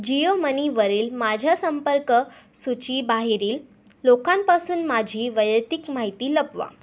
जिओ मनीवरील माझ्या संपर्क सूचीबाहेरील लोकांपासून माझी वैयक्तिक माहिती लपवा